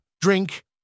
drink